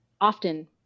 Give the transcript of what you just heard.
often